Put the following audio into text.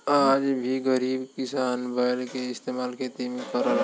आज भी गरीब किसान बैल के इस्तेमाल खेती में करलन